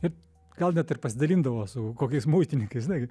ir gal net ir pasdalindavo su kokiais muitininkais žinai